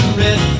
red